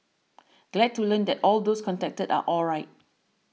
glad to learn that all those contacted are alright